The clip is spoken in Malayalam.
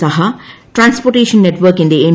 സാഹട്രാൻസ്പോർട്ടേഷൻ നെറ്റ്വർക്കിന്റെ എം